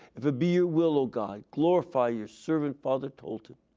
if it be your will, o god, glorify your servant, father tolton,